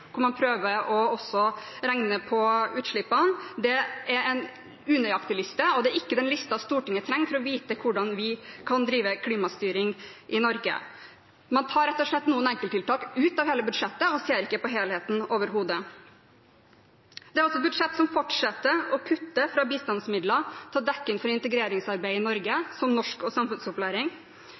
hvor man også prøver å regne på utslippene. Det er en unøyaktig liste, og det er ikke den listen Stortinget trenger for å vite hvordan vi kan drive klimastyring i Norge. Man tar rett og slett noen enkelttiltak ut av hele budsjettet og ser ikke på helheten overhodet. Det er også et budsjett hvor man fortsetter å kutte i bistandsmidler for å dekke inn integreringsarbeid i Norge, som norsk og samfunnsopplæring.